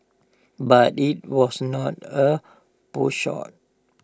but IT was not A potshot